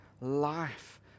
life